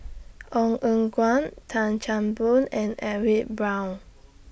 Ong Eng Guan Tan Chan Boon and Edwin Brown